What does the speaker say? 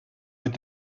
with